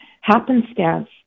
happenstance